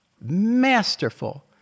masterful